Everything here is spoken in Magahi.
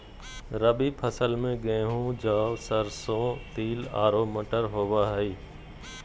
रबी फसल में गेहूं, जौ, सरसों, तिल आरो मटर होबा हइ